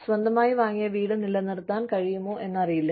സ്വന്തമായി വാങ്ങിയ വീട് നിലനിർത്താൻ കഴിയുമോ എന്നറിയില്ല